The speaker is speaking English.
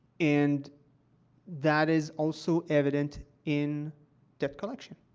and that is also evident in debt collection.